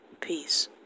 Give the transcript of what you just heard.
peace